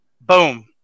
Boom